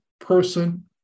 person